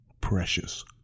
precious